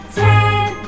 ten